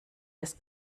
des